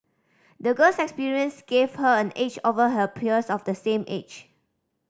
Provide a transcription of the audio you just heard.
the girl's experience gave her an edge over her peers of the same age